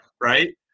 Right